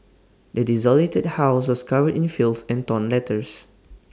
the desolated house was covered in filth and torn letters